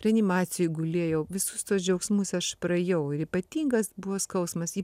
reanimacijoj gulėjau visus tuos džiaugsmus aš praėjau ir ypatingas buvo skausmas